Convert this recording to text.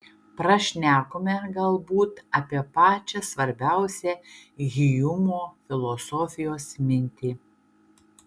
prašnekome galbūt apie pačią svarbiausią hjumo filosofijos mintį